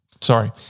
sorry